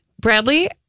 Bradley